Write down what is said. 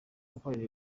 gukorera